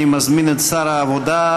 אני מזמין את שר העבודה,